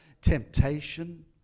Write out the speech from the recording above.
temptation